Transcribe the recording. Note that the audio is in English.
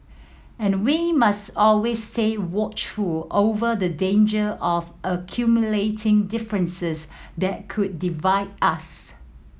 and we must always say watchful over the danger of accumulating differences that could divide us